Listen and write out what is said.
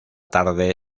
tarde